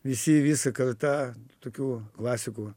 visi visa karta tokių klasikų